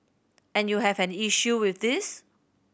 and you have an issue with this